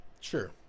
Sure